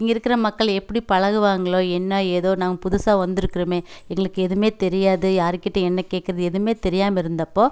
இங்கே இருக்கிற மக்கள் எப்படி பழகுவாங்களோ என்ன ஏதோ நாங்கள் புதுசாக வந்துருக்கிறோமே எங்களுக்கு எதுவுமே தெரியாது யாருக்கிட்ட என்ன கேட்கறது எதுவுமே தெரியாமல் இருந்தப்போது